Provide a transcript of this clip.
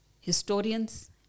historians